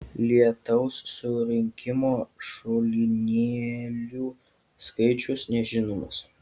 lietaus surinkimo šulinėlių skaičius nežinomas